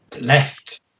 left